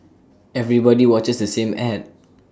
everybody watches the same Ad